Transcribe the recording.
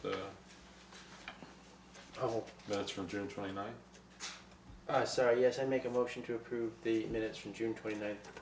pope that's from june twenty ninth i sorry yes i make a motion to approve the minutes from june twenty ninth